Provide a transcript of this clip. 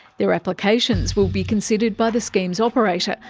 their applications will be considered by the scheme's operator,